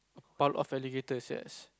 a pile of alligators yes